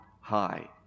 high